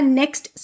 next